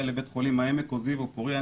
לבית חולים העמק או זיו או פורייה,